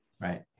right